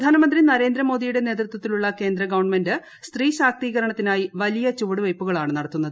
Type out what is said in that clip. പ്രധാനമന്ത്രി നരേന്ദ്രമോദിയുടെ നേതൃത്വത്തിലുള്ള കേന്ദ്ര ഗവൺമെന്റ് സ്ത്രീ ശാക്തീകരണത്തിനായി വലിയ ചുവടുവയ്പുകളാണ് നടത്തുന്നത്